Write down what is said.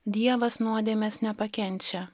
dievas nuodėmės nepakenčia